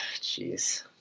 jeez